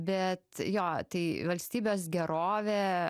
bet jo tai valstybės gerovė